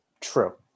True